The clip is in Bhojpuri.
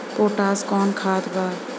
पोटाश कोउन खाद बा?